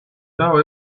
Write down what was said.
know